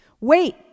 Wait